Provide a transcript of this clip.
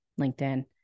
LinkedIn